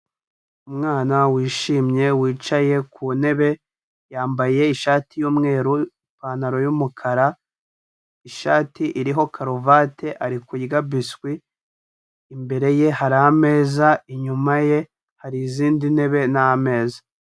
Umwana wishimye wicaye ku ntebe, yambaye ishati y'umweru, ipantaro y'umukara, ishati iriho karuvati ari kurya biswi, imbere ye hari ameza, inyuma ye hari izindi ntebe n'ameza.